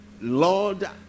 Lord